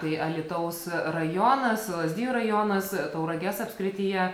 tai alytaus rajonas lazdijų rajonas tauragės apskrityje